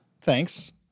thanks